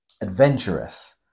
adventurous